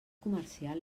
comercial